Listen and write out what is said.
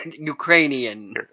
Ukrainian